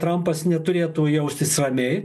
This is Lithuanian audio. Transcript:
trampas neturėtų jaustis ramiai